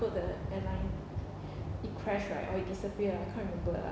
forgot the airline it crashed right or it disappear ah I can't remember lah